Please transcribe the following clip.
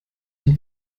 den